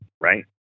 right